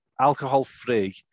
alcohol-free